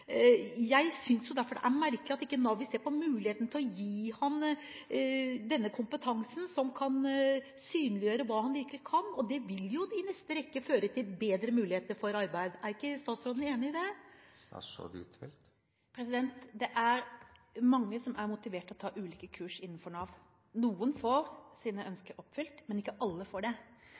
Jeg synes derfor det er merkelig at ikke Nav vil se på muligheten for å gi ham denne kompetansen som kan synliggjøre hva han virkelig kan. Det vil jo i neste rekke føre til bedre muligheter for arbeid. Er ikke statsråden enig i det? Det er mange som er motivert til å ta ulike kurs innenfor Nav. Noen får sine ønsker oppfylt, men ikke alle, for det